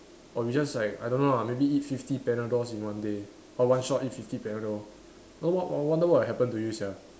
or you just like I don't know lah maybe eat fifty panadols in one day or one shot eat fifty panadol w~ what I wonder what will happen to you sia